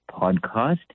podcast